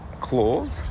claws